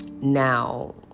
Now